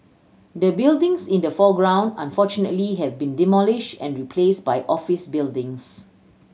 the buildings in the foreground unfortunately have been demolished and replaced by office buildings